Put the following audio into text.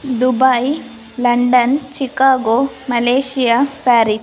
Dubai London Chicago Malaysia Paris